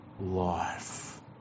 life